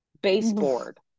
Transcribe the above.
baseboard